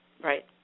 Right